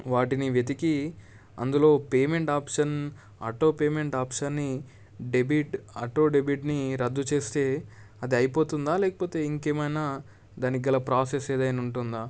వాటిని వెతికి అందులో పేమెంట్ ఆప్షన్ ఆటో పేమెంట్ ఆప్షన్ని డెబిట్ ఆటో డెబిట్ని రద్దు చేస్తే అది అయిపోతుందా లేకపోతే ఇంకా ఏమైనా దానికి గల ప్రాసెస్ ఏదైనా ఉంటుందా